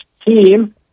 team